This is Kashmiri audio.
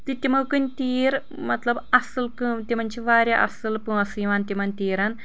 تہٕ تمو کٕنۍ تیٖر مطلب اصل کٲم تمن چھِ واریاہ اصل پوٛنٛسہٕ یِوان تمن تیٖرن